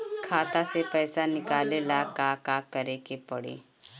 खाता से पैसा निकाले ला का का करे के पड़ी?